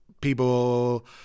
people